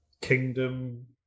Kingdom